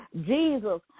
Jesus